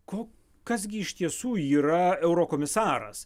ko kas gi iš tiesų yra eurokomisaras